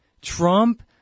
Trump